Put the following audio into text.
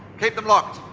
keep them locked.